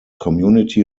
community